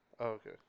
Okay